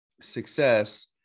success